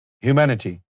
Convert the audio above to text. humanity